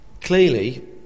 Clearly